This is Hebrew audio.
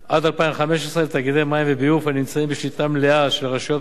לתאגידי מים וביוב הנמצאים בשליטה מלאה של רשויות מקומיות